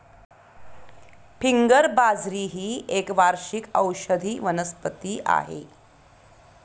finger बाजरी ही एक वार्षिक औषधी वनस्पती आहे